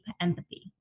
empathy